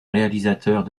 réalisateurs